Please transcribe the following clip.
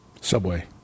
Subway